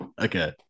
Okay